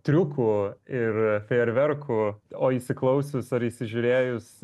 triukų ir fejerverkų o įsiklausius ar įsižiūrėjus